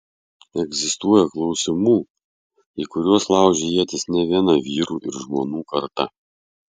egzistuoja klausimų į kuriuos laužė ietis ne viena vyrų ir žmonų karta